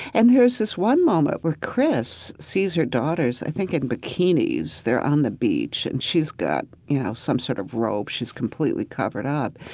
and there's this one moment where kris sees her daughters i think in bikinis. they're on the beach, and she's got, you know, some sort of robe she's completely covered up.